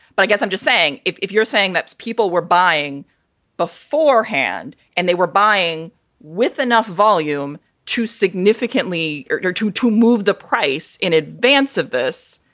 but i guess i'm just saying, if if you're saying that people were buying beforehand and they were buying with enough volume to significantly or to to move the price in advance of this,